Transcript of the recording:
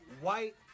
White